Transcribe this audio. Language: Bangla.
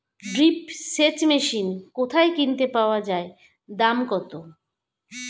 ড্রিপ সেচ মেশিন কোথায় কিনতে পাওয়া যায় দাম কত?